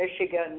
Michigan